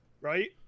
Right